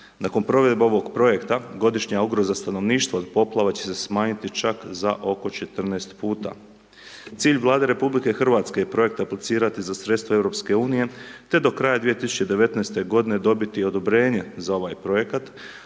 Nakon provedbe ovog projekta, godišnja ugroza stanovništva od poplava će se smanjiti čak za oko 14 puta. Cilj Vlade RH je projekt aplicirati za sredstva EU te do kraja 2019. godine dobiti odobrenje za ovaj Projekat,